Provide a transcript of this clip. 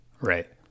right